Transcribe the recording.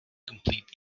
complete